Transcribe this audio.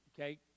okay